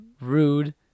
rude